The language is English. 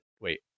wait